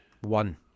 One